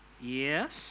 Yes